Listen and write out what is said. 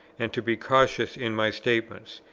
and to be cautious in my statements.